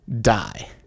die